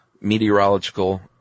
meteorological